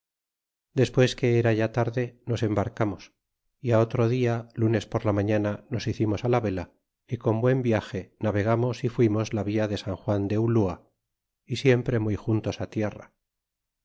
despues que era ya tarde nos embarcamos y á otro dia lúnes por la mañana nos hicimos la vela y con buen viage navegamos y fuimos la via de san juan de ulua y siempre muy juntos á tierra